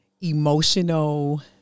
emotional